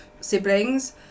siblings